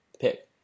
pick